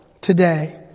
Today